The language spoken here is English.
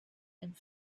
and